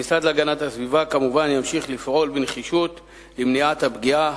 המשרד להגנת הסביבה ימשיך כמובן לפעול בנחישות למניעת הפגיעה